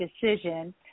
decision